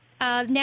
Now